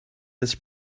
this